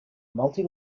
multi